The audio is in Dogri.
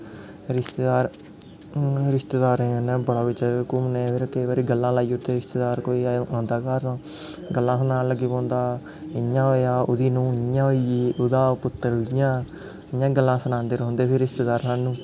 रिश्तेदार रिश्तेदारें कन्नै बड़ा गै जैदा घूमने फिर केईं बारी गल्लां लाई ओड़दे रिश्तेदार कोई औंदा घर तां गल्लां सनान लग्गी पौंदा इ'यां होआ ओह्दी नूंह् इ'यां होई ओह्दा पुत्तर इ'यां इ'यां गल्लां सनांदे रौंह्दे फिर रिश्तेदार सानूं